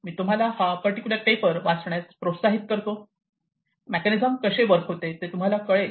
मी तुम्हाला हा particular paper वाचण्यास प्रोत्साहित करतो मेकॅनिझम कसे वर्क होते ते तुम्हाला कळेल